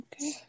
okay